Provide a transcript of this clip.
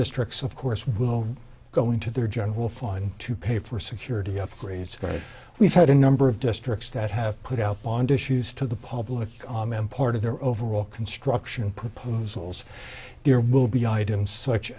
districts of course will go into their general fund to pay for security upgrades right we've had a number of districts that have put out bond issues to the public comment part of their overall construction proposals there will be items such